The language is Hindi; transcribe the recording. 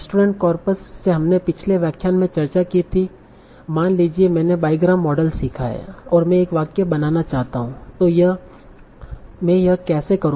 रेस्टोरेंट कॉर्पस से हमने पिछले व्याख्यान में चर्चा की थी मान लीजिए कि मैंने बाईग्राम मॉडल सीखा है और मैं एक वाक्य बनाना चाहता हूं